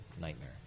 nightmare